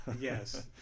Yes